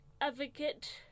advocate